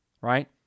right